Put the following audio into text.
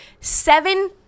seven